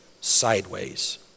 sideways